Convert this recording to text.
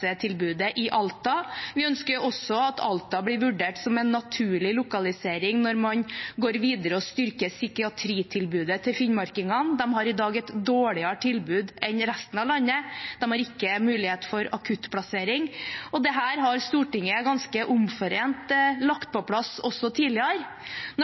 i Alta. Vi ønsker også at Alta blir vurdert som en naturlig lokalisering når man går videre og styrker psykiatritilbudet til finnmarkingene. De har i dag et dårligere tilbud enn resten av landet. De har ikke mulighet for akuttplassering. Dette har Stortinget ganske omforent lagt på plass også tidligere. Når